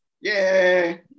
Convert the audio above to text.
Yay